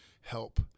help